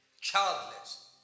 childless